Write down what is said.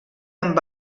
amb